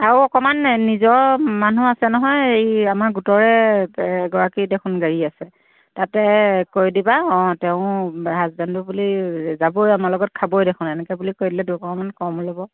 আৰু অকণমান নিজৰ মানুহ আছে নহয় এই আমাৰ গোটৰে এগৰাকীৰ দেখোন গাড়ী আছে তাতে কৈ দিবা অঁ তেওঁ হাজবেণ্ডো বুলি যাবই আমাৰ লগত খাবই দেখোন এনেকৈ বুলি কৈ দিলে দুটকামান কমও ল'ব